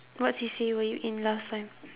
what C_C_A were you in last time